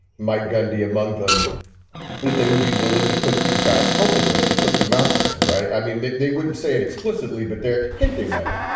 mike gundy among them, that they would be willing to put these guys health at risk and put them out there. right. i mean, they wouldn't say it explicitly, but they're hinting at it.